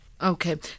Okay